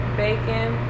bacon